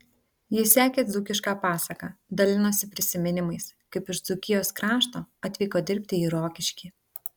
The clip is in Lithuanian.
ji sekė dzūkišką pasaką dalinosi prisiminimais kaip iš dzūkijos krašto atvyko dirbti į rokiškį